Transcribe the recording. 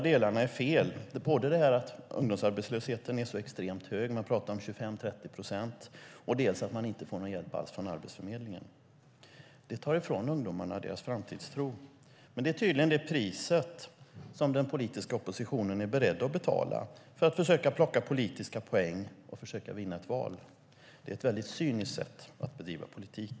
Det är både fel att ungdomsarbetslösheten är extremt hög - man talar om 25-30 procent - och att man inte får någon hjälp från Arbetsförmedlingen. Detta tar ifrån ungdomarna deras framtidstro. Men det är tydligen det pris som den politiska oppositionen är beredd att betala för att försöka plocka politiska poäng och försöka vinna ett val. Det är ett cyniskt sätt att bedriva politik.